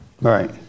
Right